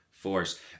Force